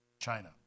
China